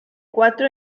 cuatro